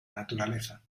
naturaleza